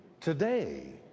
today